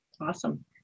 Awesome